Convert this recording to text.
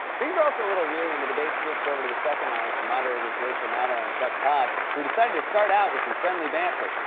things were also a little weird when the debate switched over to the second hour for moderators rachel maddow and chuck todd, who decided to start out with some friendly banter.